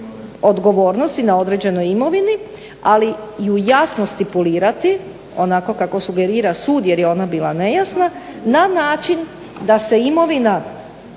na određenu imovinu, ali ju jasno stipulirati, onako kako sugerira sud jer je ona bila nejasna na način da se imovina